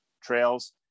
trails